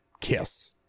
kiss